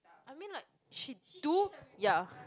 I mean like she do ya